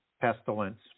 pestilence